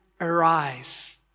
arise